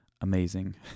amazing